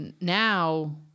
now